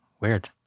Weird